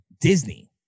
Disney